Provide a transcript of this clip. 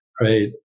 Right